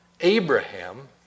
Abraham